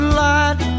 light